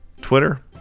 Twitter